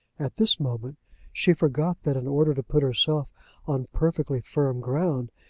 at this moment she forgot that in order to put herself on perfectly firm ground,